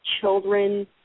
children